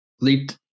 leaped